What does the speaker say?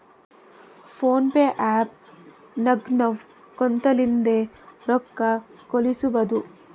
phone pay app ನಾಗ್ ನಾವ್ ಕುಂತಲ್ಲಿಂದೆ ರೊಕ್ಕಾ ಕಳುಸ್ಬೋದು